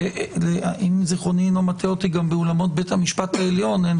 ואם זיכרוני אינו מטעה אותי גם באולמות בית המשפט העליון אין